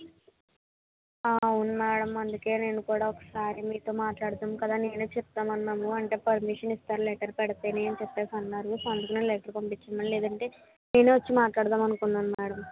అవును మ్యాడమ్ అందుకే నేను కూడా ఒకసారి మీతో మాట్లాడుతాం కదా నేనే చెప్తాను అన్నాము అంటే పర్మిషన్ ఇస్తారు లెటర్ పెడితేనే అని చెప్పేసి అన్నారు సో అందుకనే లెటర్ పంపించాం మ్యాడమ్ లేదంటే నేనే వచ్చి మాట్లాడదాం అనుకున్నాను మ్యాడమ్